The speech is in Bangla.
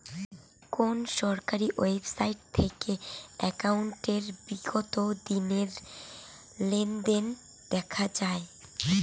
কোন সরকারি ওয়েবসাইট থেকে একাউন্টের বিগত দিনের লেনদেন দেখা যায়?